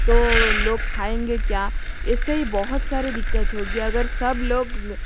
तो लोग खाएंगे क्या ऐसे ही बहुत सारी दिक्कत होगी अगर सब लोग